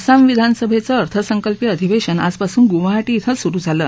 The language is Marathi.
आसाम विधानसभेचं अर्थसंकल्पीय अधिवेशन आजपासून गुवाहाीी इथं सुरु झालं